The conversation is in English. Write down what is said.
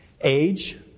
Age